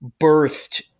birthed